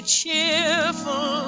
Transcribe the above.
cheerful